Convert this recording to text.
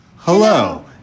Hello